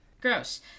Gross